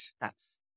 that's-